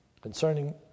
Concerning